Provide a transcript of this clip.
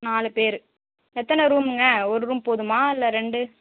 நாலு பேர் எத்தனை ரூமுங்க ஒரு ரூம் போதுமா இல்லை ரெண்டு